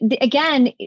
again